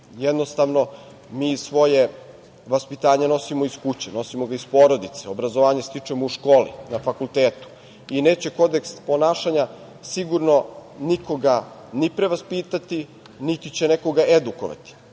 Jednostavno mi svoje vaspitanje nosimo iz kuće, nosimo ga iz porodice, obrazovanje stičemo u školi, na fakultetu i neće Kodeks ponašanja sigurno nikoga ni prevaspitati, niti će nekoga edukovati,